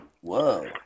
whoa